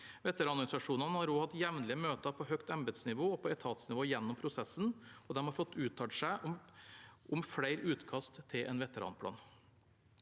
Veteranorganisasjonene har også hatt jevnlige møter på høyt embetsnivå og på etatsnivå gjennom prosessen, og de har fått uttale seg om flere utkast til en veteranplan.